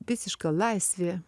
visiška laisvė